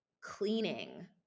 cleaning